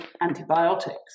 antibiotics